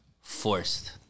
forced